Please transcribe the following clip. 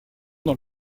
dans